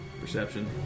Perception